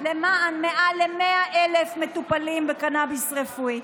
למען מעל 100,000 מטופלים בקנביס רפואי.